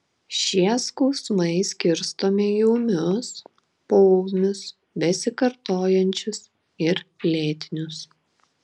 šie skausmai skirstomi į ūmius poūmius besikartojančius ir lėtinius